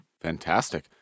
Fantastic